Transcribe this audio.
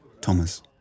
Thomas